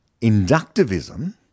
inductivism